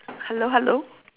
hello hello